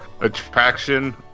attraction